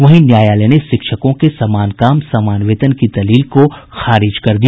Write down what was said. वहीं न्यायालय ने शिक्षकों के समान काम समान वेतन की दलील को खारिज कर दिया